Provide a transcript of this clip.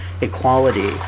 equality